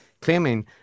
claiming